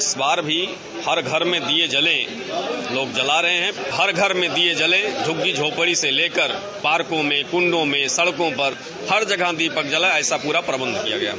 इस बार भी हर घर में दिये जले लोग जला रहे है झुग्गी झोपड़ी से लेकर पार्को में कुंडों में सड़कों पर हर जगह दीपक जले ऐसा प्ररा प्रबंध किया गया है